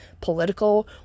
political